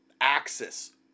axis